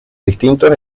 distintos